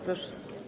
Proszę.